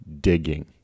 digging